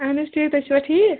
اہن حظ ٹھیٖک تُہۍ چھُوا ٹھیٖک